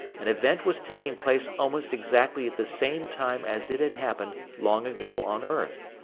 an event was taking place almost exactly at the same time as it had happened, long ago, on earth.